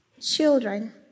Children